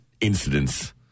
incidents